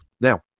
Now